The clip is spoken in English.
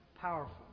powerful